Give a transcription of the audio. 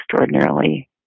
extraordinarily